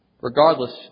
Regardless